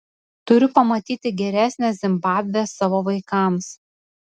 turiu pamatyti geresnę zimbabvę savo vaikams